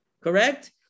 Correct